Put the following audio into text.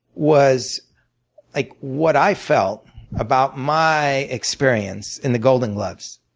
was like what i felt about my experience in the golden gloves.